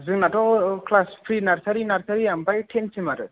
जोंनाथ' class free nursery nursery आमफाय थेनसिम आरो